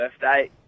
birthday